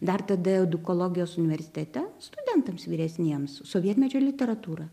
dar tada edukologijos universitete studentams vyresniems sovietmečio literatūrą